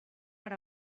per